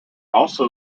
also